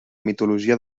mitologia